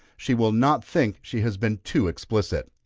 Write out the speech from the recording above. she will not think she has been too explicit.